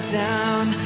down